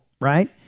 right